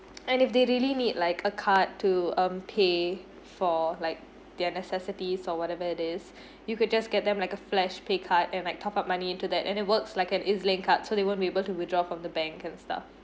and if they really need like a card to um pay for like their necessities or whatever it is you could just get them like a flashpay card and like top up money into that and it works like an E_Z link card so they won't be able to withdraw from the bank and stuff